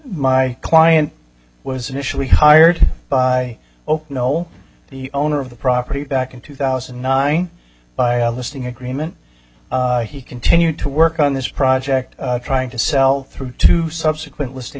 my client was initially hired by oh no the owner of the property back in two thousand and nine by a listing agreement he continued to work on this project trying to sell through two subsequent listing